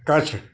Kutch